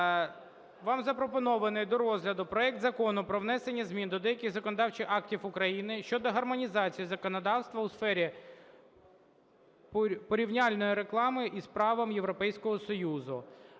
Вам запропонований до розгляду проект Закону про внесення змін до деяких законодавчих актів України (щодо гармонізації законодавства у сфері порівняльної реклами із правом Європейського Союзу)